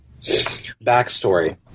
backstory